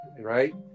right